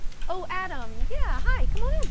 oh, adam. yeah, hi. come on in.